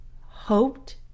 hoped